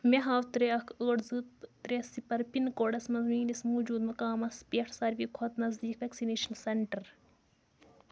مےٚ ہاو ترٛےٚ اَکھ ٲٹھ زٕ ترٛےٚ صفر پِن کوڈس مَنٛز میٲنِس موٗجوٗدٕ مقامس پٮ۪ٹھ ساروِی کھۄتہٕ نزدیٖک ویکسِنیشن سینٹر